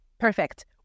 Perfect